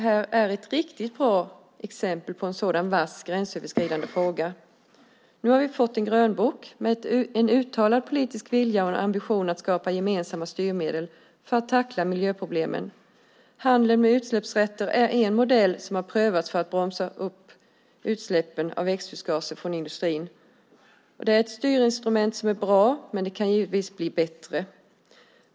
Här är ett riktigt bra exempel på en sådan gränsöverskridande fråga. Nu har vi fått en grönbok med en uttalad politisk vilja och en ambition att skapa gemensamma styrmedel för att tackla miljöproblemen. Handeln med utsläppsrätter är en modell som har prövats för att bromsa upp utsläppen av växthusgaser från industrin. Det är ett styrinstrument som är bra, men givetvis kan bli bättre.